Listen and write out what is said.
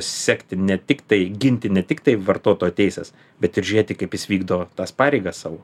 sekti ne tiktai ginti ne tiktai vartotojo teises bet ir žiūrėti kaip jis vykdo tas pareigas savo